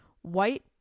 White